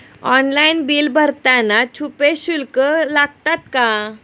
Online bill भरताना छुपे शुल्क लागतात का?